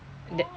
that